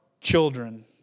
children